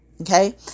Okay